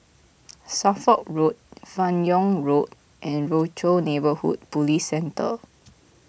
Suffolk Road Fan Yoong Road and Rochor Neighborhood Police Centre